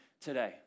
today